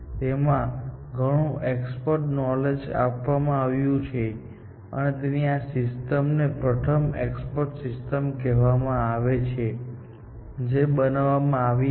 તેમાં ઘણું expert knowledge આપવામાં આવ્યું છે અને તેથી જ આ સિસ્ટમને પ્રથમ એક્સપર્ટ સિસ્ટમ કહેવામાં આવે છે જે બનાવવામાં આવી હતી